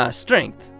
strength